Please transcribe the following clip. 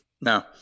No